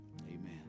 Amen